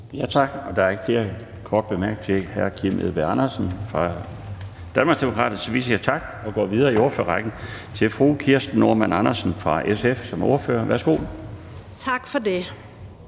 Tak. Der er ikke flere korte bemærkninger til hr. Kim Edberg Andersen fra Danmarksdemokraterne, så vi siger tak og går videre i ordførerrækken til fru Kirsten Normann Andersen fra SF som ordfører. Værsgo. Kl.